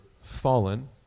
fallen